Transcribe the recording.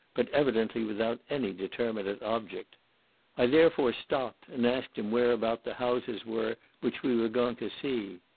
but evidently without any determinate object i therefore stopped, and asked him whereabout the houses were which we were going to see.